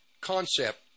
concept